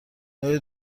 آیا